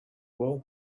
world